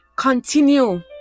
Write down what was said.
Continue